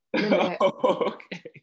okay